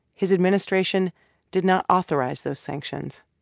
his administration did not authorize those sanctions,